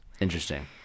Interesting